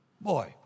Boy